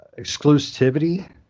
exclusivity